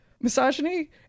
misogyny